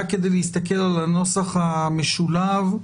רק כדי להסתכל על הנוסח המשולב,